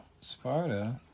Sparta